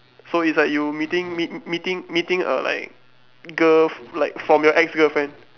so is like you meeting meet~ meeting meeting a like girl like from your ex girlfriend